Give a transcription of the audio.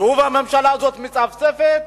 שוב הממשלה הזאת מצפצפת,